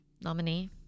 Nominee